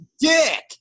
Dick